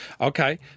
Okay